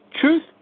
truth